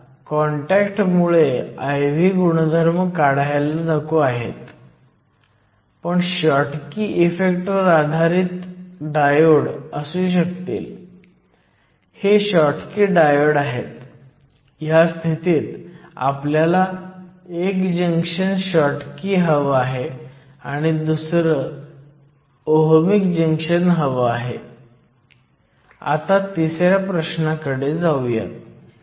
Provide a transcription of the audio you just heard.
म्हणून जेव्हा कॅरियर्सपैकी एक किंवा pn जंक्शनची एक बाजू जास्त प्रमाणात डोप केलेली असते तेव्हा डिप्लीशन रिजन जवळजवळ संपूर्णपणे दुसऱ्या बाजूला असतो